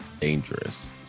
Dangerous